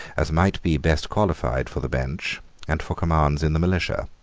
as might be best qualified for the bench and for commands in the militia.